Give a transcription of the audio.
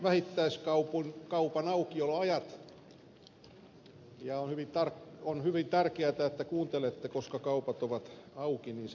käsittelyssä ovat vähittäiskaupan aukioloajat ja on hyvin tärkeätä että kuuntelette koska kaupat ovat auki sittenhän sen tiedätte